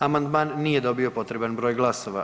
Amandman nije dobio potreban broj glasova.